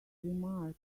remark